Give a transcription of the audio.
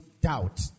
doubt